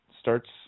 starts